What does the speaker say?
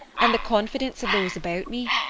and the confidence of those about me.